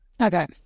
Okay